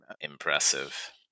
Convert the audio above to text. impressive